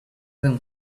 them